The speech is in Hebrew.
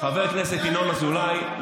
חבר כנסת ינון אזולאי,